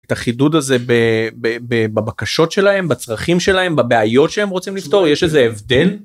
את החידוד הזה בבקשות שלהם בצרכים שלהם בבעיות שהם רוצים לפתור יש איזה הבדל.